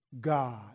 God